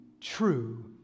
true